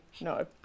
No